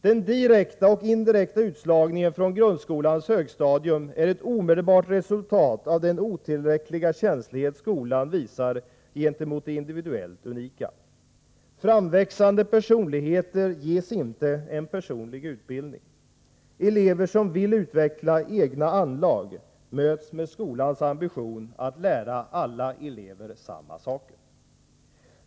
Den direkta och indirekta utslagningen från grundskolans högstadium är ett omedelbart resultat av den otillräckliga känslighet skolan visar gentemot det individuellt unika. Framväxande personligheter ges inte en personlig utbildning. Elever som vill utveckla egna anlag möts med skolans ambition att lära alla elever samma saker.